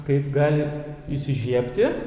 kaip gali įsižiebti